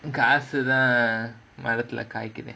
காசுதா மரத்துல காய்க்குதே:kaasuthaa marathula kaaikkuthae